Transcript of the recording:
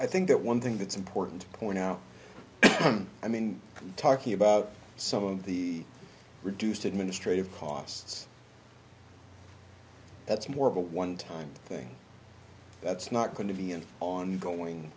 i think that one thing that's important to point out i mean i'm talking about some of the reduced administrative costs that's more of a one time thing that's not going to be an ongoing